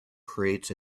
creates